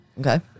Okay